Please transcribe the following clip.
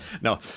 No